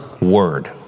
word